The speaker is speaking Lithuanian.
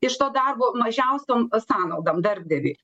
iš to darbo mažiausiom sąnaudom darbdaviui